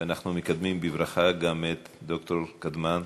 אנחנו מקדמים בברכה גם את ד"ר קדמן,